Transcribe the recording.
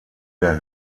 der